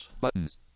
Buttons